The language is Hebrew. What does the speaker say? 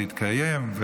להתקיים,